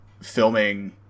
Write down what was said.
filming